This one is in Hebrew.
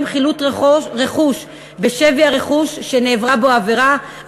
חילוט רכוש בשווי הרכוש שנעברה בו העבירה,